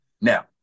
Now